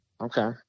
Okay